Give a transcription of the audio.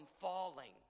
falling